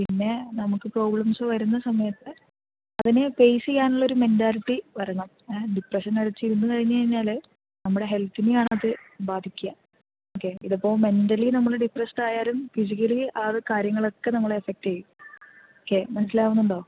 പിന്നെ നമുക്ക് പ്രോബ്ലെംസ് വരുന്ന സമയത്ത് അതിനെ ഫേയ്സ് ചെയ്യാനുള്ളൊരു മെന്റാലിറ്റി വരണം ഡിപ്രഷൻ അടിച്ച് ഇരുന്നു കഴിഞ്ഞു കഴിഞ്ഞാൽ നമ്മുടെ ഹെൽത്തിനെയാണ് അത് ബാധിക്കുക ഓക്കെ ഇതിപ്പോൾ മെൻ്റലി നമ്മൾ ഡിപ്രസ്ഡ് ആയാലും ഫിസിക്കലി അത് കാര്യങ്ങളൊക്കെ നമ്മളെ എഫ്ഫെക്ട് ചെയ്യും ഓക്കെ മനസ്സിലാവുന്നുണ്ടോ